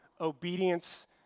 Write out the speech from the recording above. obedience